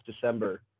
December